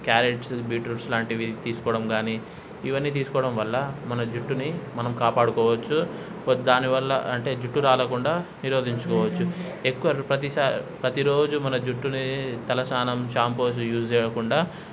carrots beetroots లాంటివి తీసుకోవడం కాని ఇవన్నీ తీసుకోవడం వల్ల మన జుట్టుని మనం కాపాడుకోవచ్చు కో దానివల్ల అంటే జుట్టు రాలకుండా నిరోధించుకోవచ్చు ఎక్కువ ప్రతిసా ప్రతిరోజు మన జుట్టుని తలస్నానం షాంపూస్ యూస్ చేయకుండా